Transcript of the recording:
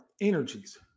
energies